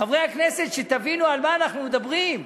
חברי הכנסת, שתבינו על מה אנחנו מדברים: